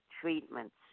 treatments